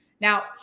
Now